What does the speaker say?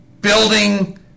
building